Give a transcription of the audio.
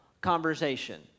conversation